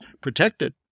protected